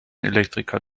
elektriker